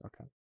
Okay